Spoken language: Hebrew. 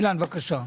אילן בבקשה.